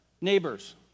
Neighbors